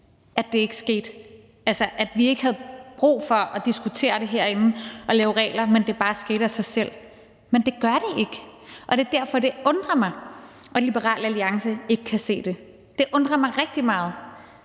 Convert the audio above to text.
Jeg ville sådan ønske, at vi ikke havde brug for at diskutere det herinde og lave regler, men at det bare skete af sig selv. Men det gør det ikke. Og det er derfor, det undrer mig, at Liberal Alliance ikke kan se det – det undrer mig rigtig meget,